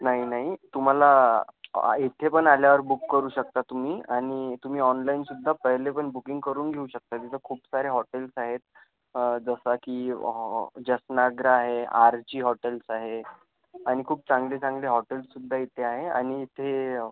नाई नाई तुमाला इथेपण आल्यावर बुक करू शकता तुमी आणि तुमी ऑनलाईनसुद्धा पयलेपन बुकिंग करून घेऊ शकता तिथं खूप सारे हॉटेल्स आहेत जसा की हॉ जसनाग्रा आहे आर्ची हॉटेल्स आहे आणि खूप चांगले चांगले हॉटेल्ससुद्धा इथे आहे आणि इथे